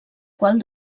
qual